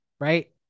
Right